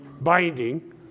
binding